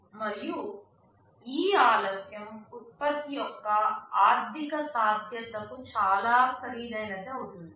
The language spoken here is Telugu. మరియు ఈ ఆలస్యం ఉత్పత్తి యొక్క ఆర్ధిక సాధ్యత కు చాలా ఖరీదైనది అవుతుంది